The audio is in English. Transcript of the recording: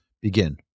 begin